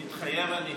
מתחייב אני